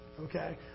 Okay